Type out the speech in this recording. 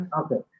okay